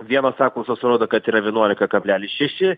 vienos apklausos rodo kad yra vienuolika kablelis šeši